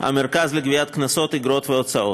המרכז לגביית קנסות, אגרות והוצאות.